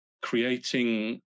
creating